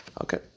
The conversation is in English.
Okay